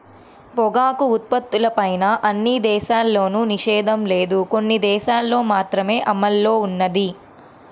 పొగాకు ఉత్పత్తులపైన అన్ని దేశాల్లోనూ నిషేధం లేదు, కొన్ని దేశాలల్లో మాత్రమే అమల్లో ఉన్నది